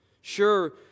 Sure